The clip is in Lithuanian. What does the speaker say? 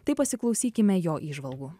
tai pasiklausykime jo įžvalgų